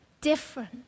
different